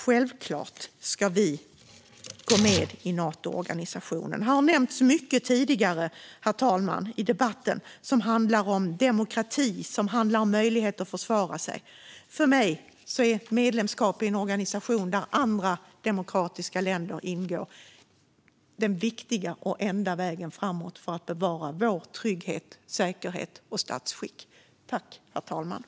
Självklart ska vi gå med i Natoorganisationen. Tidigare i debatten, herr talman, har mycket nämnts om demokrati och möjlighet att försvara sig. För mig är medlemskap i en organisation där andra demokratiska länder ingår den viktiga och enda vägen framåt för att bevara vår trygghet, vår säkerhet och vårt statsskick.